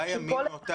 שלושה ימים..